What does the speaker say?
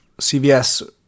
CVS